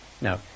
no